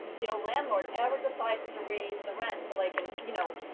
you know, landlord ever decides to raise the rent so like, and you know,